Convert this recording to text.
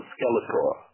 Skeletor